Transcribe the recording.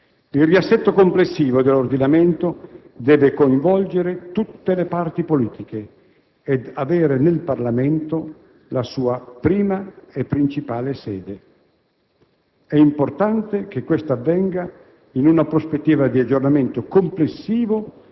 su cui l'intero sistema politico deve potersi riconoscere. Il riassetto complessivo dell'ordinamento deve coinvolgere tutte le parti politiche ed avere nel Parlamento la sua prima e principale sede.